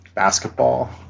basketball